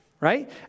Right